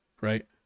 right